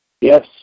yes